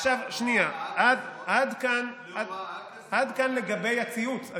לא, להוראה, עד כאן לגבי הציוץ.